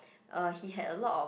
uh he had a lot of